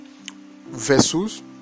vessels